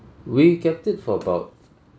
we kept it for about